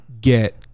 get